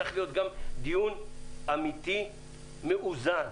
צריך להיות גם דיון אמיתי ומאוזן.